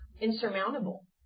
insurmountable